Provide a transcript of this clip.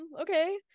okay